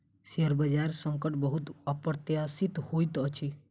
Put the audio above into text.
share बजार संकट बहुत अप्रत्याशित होइत अछि